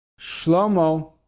Shlomo